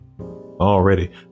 Already